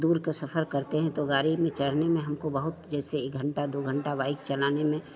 दूर का सफ़र करते हैं तो गाड़ी में चढ़ने में हमको बहुत जैसे एक घन्टा दो घन्टा बाइक़ चलाने में